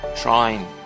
Trying